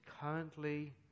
currently